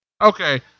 Okay